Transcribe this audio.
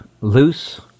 loose